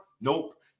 Nope